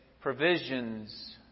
provisions